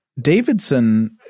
Davidson